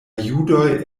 judoj